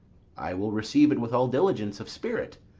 i will receive it with all diligence of spirit.